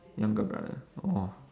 younger brother !wah!